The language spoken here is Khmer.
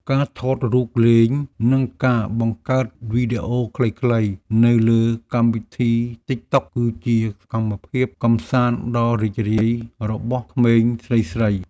ការថតរូបលេងនិងការបង្កើតវីដេអូខ្លីៗនៅលើកម្មវិធីទិកតុកគឺជាសកម្មភាពកម្សាន្តដ៏រីករាយរបស់ក្មេងស្រីៗ។